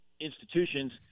institutions